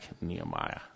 Nehemiah